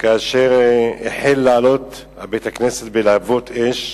כאשר החל לעלות בית-הכנסת בלהבות אש,